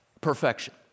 perfection